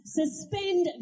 suspend